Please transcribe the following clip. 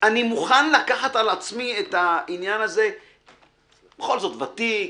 אני מוכן לקחת על עצמי, בכל זאת ותיק,